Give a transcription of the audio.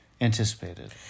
anticipated